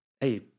Hey